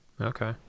okay